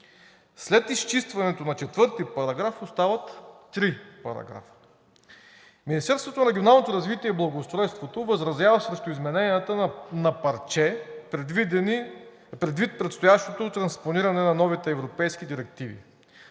След изчистването на § 4 остават три параграфа. Министерството на регионалното развитие и благоустройството възразява срещу измененията на парче, предвид предстоящото транспониране на новите европейски директиви.